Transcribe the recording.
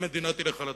המדינה תלך על זה.